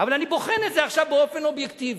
אבל אני בוחן את זה עכשיו באופן אובייקטיבי: